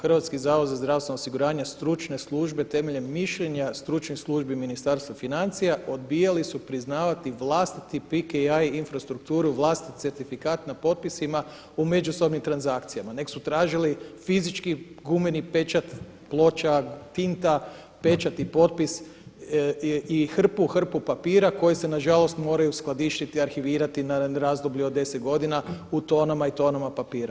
Hrvatski zavod za zdravstveno osiguranje, stručne službe temeljem mišljenja stručnih službi Ministarstva financija odbijali su priznavati vlastiti … i infrastrukturu i vlastiti certifikat na potpisima u međusobnim transakcijama, nego su tražili fizički gumeni pečat ploča tinta pečat i potpis i hrpu, hrpu papira koje se na žalost moraju skladištiti, arhivirati na razdoblju od 10 godina u tonama i tonama papira.